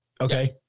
Okay